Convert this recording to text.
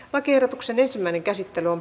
lakiehdotuksen ensimmäinen käsittely on